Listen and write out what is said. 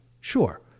Sure